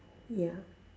ya